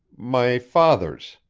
my father's,